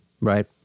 Right